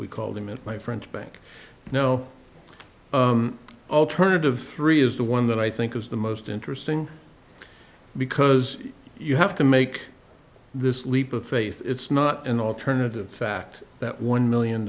we call them in my french bank you know alternative three is the one that i think is the most interesting because you have to make this leap of faith it's not an alternative fact that one million